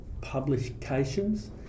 publications